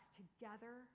together